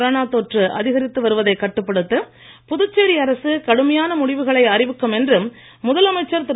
corona தொற்று அதிகரித்து வருவதைக் கட்டுப்படுத்த புதுச்சேரி அரசு கடுமையான முடிவுகளை அறிவிக்கும் என்று முதலமைச்சர் திரு